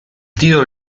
titolo